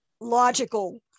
logical